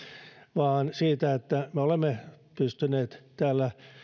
vaan siitä että me olemme pystyneet täällä